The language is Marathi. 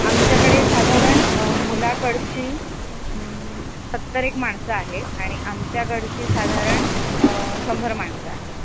आमच्याकडे साधारण मुलाकडची सत्तर एक माणसं आहेत आणि आमच्याकडची साधारण शंभर माणसं आहेत